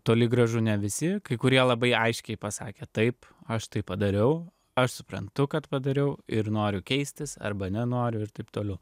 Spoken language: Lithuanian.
toli gražu ne visi kai kurie labai aiškiai pasakė taip aš tai padariau aš suprantu kad padariau ir noriu keistis arba nenoriu ir raip toliau